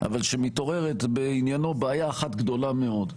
אבל שמתעוררת בעניינו בעיה אחת גדולה מאוד,